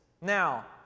Now